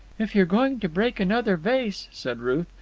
if you're going to break another vase, said ruth,